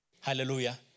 hallelujah